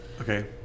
Okay